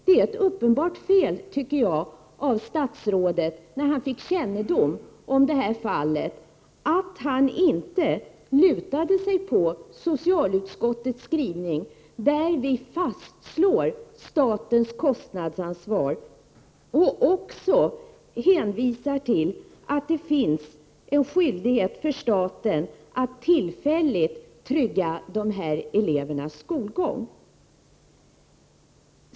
Det var ett uppenbart fel av statsrådet, när han fick kännedom om detta fall, att han inte stödde sig på socialutskottets skrivning, där vi fastslår statens kostnadsansvar och också hänvisar till att det finns en skyldighet för staten att tillfälligt trygga dessa elevers skolgång.